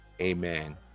Amen